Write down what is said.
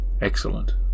Excellent